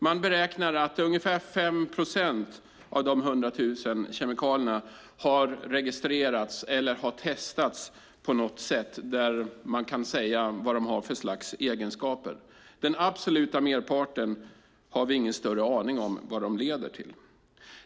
Man beräknar att ungefär 5 procent av dessa 100 000 kemikalier har registrerats eller testats på något sätt där man kan säga vad de har för slags egenskaper. Beträffande den absoluta merparten har vi ingen större aning om vad de leder till.